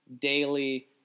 daily